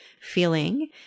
feeling